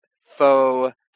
faux